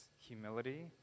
humility